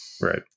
Right